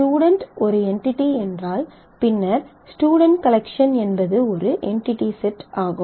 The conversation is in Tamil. ஸ்டுடென்ட் ஒரு என்டிடி என்றால் பின்னர் ஸ்டுடென்ட் கலெக்ஷன் என்பது ஒரு என்டிடி செட் ஆகும்